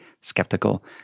skeptical